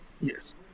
yes